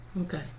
okay